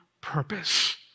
purpose